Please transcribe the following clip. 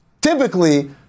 Typically